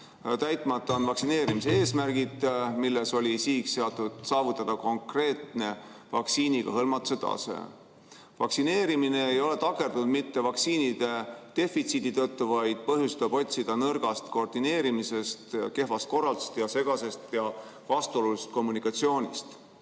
Täitmata on vaktsineerimise eesmärgid, milles oli sihiks seatud saavutada konkreetne vaktsiiniga hõlmatuse tase. Vaktsineerimine ei ole takerdunud mitte vaktsiinide defitsiidi tõttu, vaid põhjust on vaja otsida nõrgast koordineerimisest, kehvast korraldusest ja segasest ning vastuolulisest kommunikatsioonist.